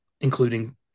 including